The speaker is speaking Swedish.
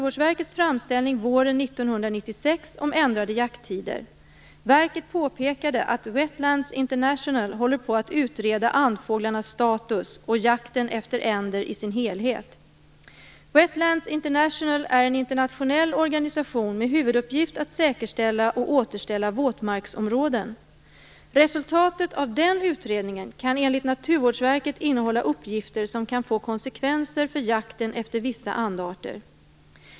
Verket påpekade att Wetlands International håller på att utreda andfågelarternas status och jakten efter änder i dess helhet. Wetlands International är en internationell organisation med huvuduppgift att säkerställa och återställa våtmarksområden. Resultatet av den utredningen kan enligt Naturvårdsverket innehålla uppgifter som kan få konsekvenser för jakten efter vissa andarter.